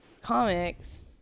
comics